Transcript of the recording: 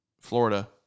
Florida